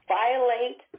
violate